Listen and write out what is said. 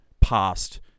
past